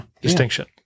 distinction